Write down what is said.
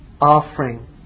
Offering